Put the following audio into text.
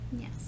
Yes